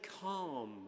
calm